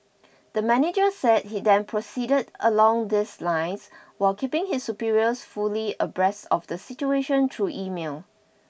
the manager said he then proceeded along these lines while keeping his superiors fully abreast of the situation through email